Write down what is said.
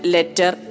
Letter